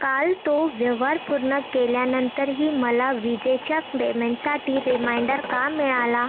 काल तो व्यवहार पूर्ण केल्यानंतरही मला विजेच्या पेमेंटसाठी रिमाइंडर का मिळाला